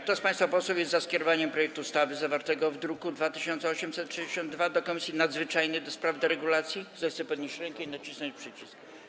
Kto z państwa posłów jest za skierowaniem projektu ustawy zawartego w druku nr 2862 do Komisji Nadzwyczajnej do spraw deregulacji, zechce podnieść rękę i nacisnąć przycisk.